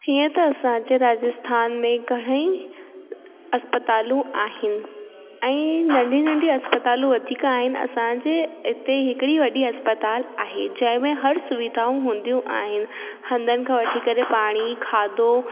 हीअं त असांजे राजस्थान में घणेई अस्पतालूं आहिनि ऐं नंढी नंढी अस्पतालूं वधीक आहिनि असांजे इते हिकड़ी वॾी अस्पताल आहे जंहिंमें हर सुविधाऊं हूंदियूं आहिनि हंधनि खां वठी करे पाणी खाधो